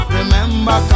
Remember